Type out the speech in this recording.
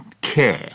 care